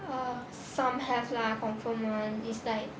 err some have lah confirm [one] is like